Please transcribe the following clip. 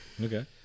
Okay